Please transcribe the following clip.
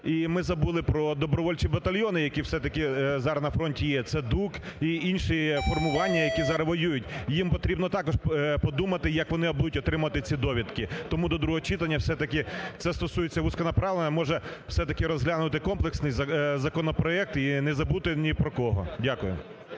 і ми забули про добровольчі батальйони, які все-таки зараз на фронті є, це "ДУК" і інші формування, які зараз воюють. Їм потрібно також подумати, як вони будуть отримувати ці довідки. Тому до другого читання, все-таки це стосується вузького направлення, може все-таки розглянути комплексний законопроект і не забути ні про кого. Дякую.